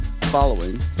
following